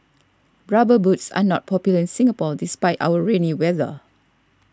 rubber boots are not popular in Singapore despite our rainy weather